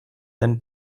den